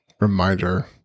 reminder